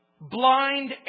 Blind